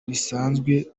risanzwe